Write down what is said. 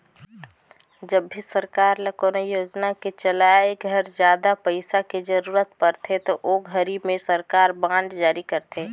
जब भी सरकार ल कोनो योजना के चलाए घर जादा पइसा के जरूरत परथे ओ घरी में सरकार बांड जारी करथे